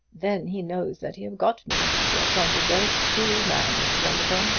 then he knows that he have got me. giatron's a very cruel man, mr. bundercombe.